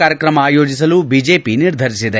ಕಾರ್ಯಕ್ರಮ ಆಯೋಜಿಸಲು ಬಿಜೆಪಿ ನಿರ್ಧರಿಸಿದೆ